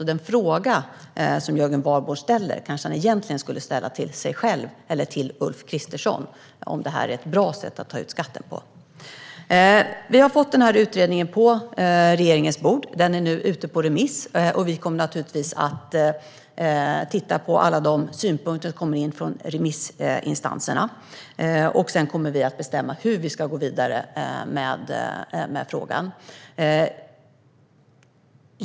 Den fråga som Jörgen Warborn ställer - om det här ett bra sätt att ta ut skatten på - borde han kanske egentligen ställa till sig själv eller till Ulf Kristersson. Vi har fått utredningen på regeringens bord. Den är nu ute på remiss. Vi kommer naturligtvis att titta på alla de synpunkter som kommer in från remissinstanserna. Sedan kommer vi att bestämma hur vi ska gå vidare med frågan.